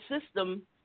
system